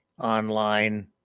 online